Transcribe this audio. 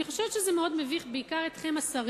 אני חושבת שזה מאוד מביך, בעיקר את השרים,